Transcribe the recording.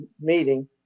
meeting